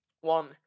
one